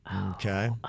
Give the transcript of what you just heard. Okay